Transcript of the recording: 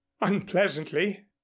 unpleasantly